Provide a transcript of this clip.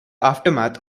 aftermath